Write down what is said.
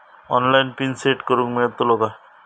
Online PIN set करूक मेलतलो काय?